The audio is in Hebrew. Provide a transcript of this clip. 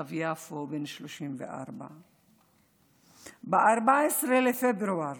תושב יפו בן 34. ב-14 בפברואר